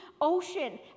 ocean